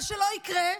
מה שלא יקרה,